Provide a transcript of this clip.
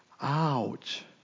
Ouch